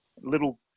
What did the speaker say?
little